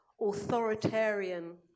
authoritarian